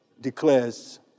declares